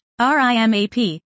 RIMAP